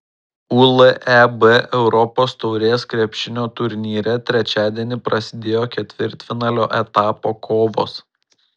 uleb europos taurės krepšinio turnyre trečiadienį prasidėjo ketvirtfinalio etapo kovos